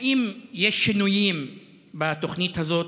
האם יש שינויים בתוכנית הזאת,